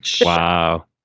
wow